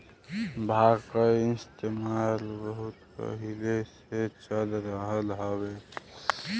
भांग क इस्तेमाल बहुत पहिले से चल रहल हउवे